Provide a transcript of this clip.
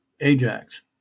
Ajax